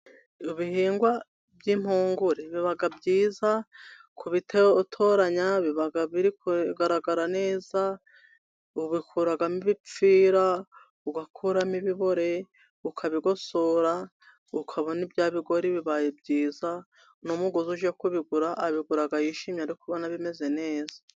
Ibihingwa by'impungure biba byiza, kubitoranya biba biri kugaragara neza. Ubikuramo ibipfira ugakuramo ibihore, ukabigosora ukabona bya bigori bibaye byiza. Umuguzi ujye kubigura abigura yishimira kubona bimeze neza.